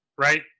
Right